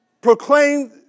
proclaim